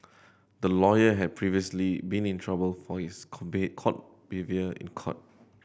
the lawyer had previously been in trouble for his behaviour in court